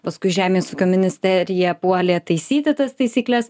paskui žemės ūkio ministerija puolė taisyti tas taisykles